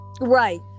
Right